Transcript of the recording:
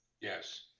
yes